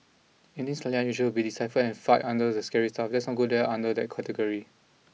anything slightly unusual will be deciphered and filed under the scary stuff let's not go there category